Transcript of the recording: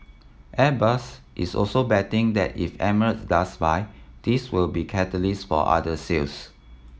airbus is also betting that if Emirates does buy this will be catalyst for other sales